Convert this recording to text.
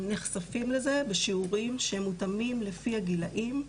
נחשפים לזה בשיעורים שהם מותאמים לפי הגילאים.